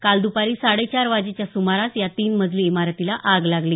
काल दुपारी साडेचार वाजेच्या सुमारास या तीन मजली इमारतीला आग लागली